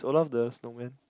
Olaf the snowman